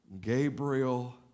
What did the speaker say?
Gabriel